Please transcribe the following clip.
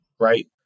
right